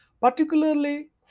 Particularly